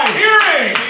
hearing